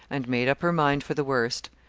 and made up her mind for the worst.